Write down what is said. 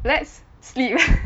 let's sleep